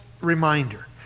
reminder